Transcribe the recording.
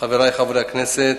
חברי חברי הכנסת,